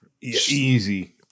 easy